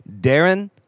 Darren